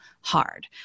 hard